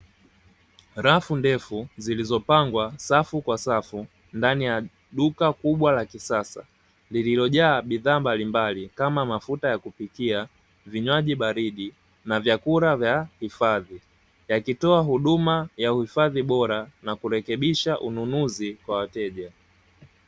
Rafu ndefu zilizopangwa safu kwa safu, ndani ya duka kubwa la kisasa, lililojaa bidhaa mbalimbali kama mafuta ya kupikia, vinywaji baridi, na vyakula vya hifadhi, yakitoa huduma ya uhifadhi bora, na kurekebisha ununuzi kwa wateja.